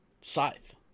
Scythe